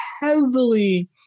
heavily